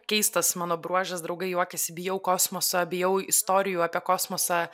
keistas mano bruožas draugai juokiasi bijau kosmoso bijau istorijų apie kosmosą